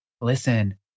listen